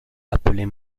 appeler